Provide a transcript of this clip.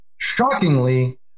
shockingly